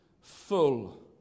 Full